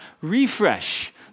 refresh